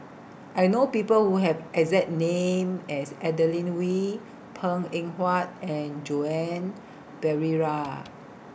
I know People Who Have exact name as Adeline Wii Png Eng Huat and Joan Pereira